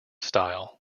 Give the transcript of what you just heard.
style